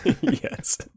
Yes